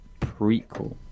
prequel